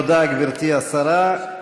תודה, גברתי השרה.